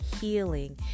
healing